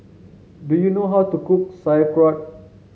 do you know how to cook Sauerkraut